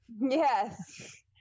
Yes